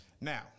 Now